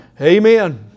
Amen